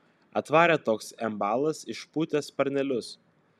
atvarė toks ambalas išpūtęs sparnelius